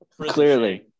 Clearly